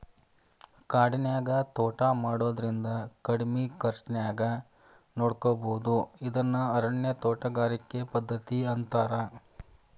ಕಾಡಿನ್ಯಾಗ ತೋಟಾ ಮಾಡೋದ್ರಿಂದ ಕಡಿಮಿ ಖರ್ಚಾನ್ಯಾಗ ನೋಡ್ಕೋಬೋದು ಇದನ್ನ ಅರಣ್ಯ ತೋಟಗಾರಿಕೆ ಪದ್ಧತಿ ಅಂತಾರ